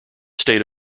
state